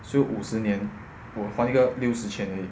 so 五十年我还一个六十钱而已